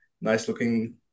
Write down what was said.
nice-looking